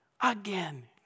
Again